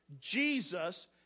Jesus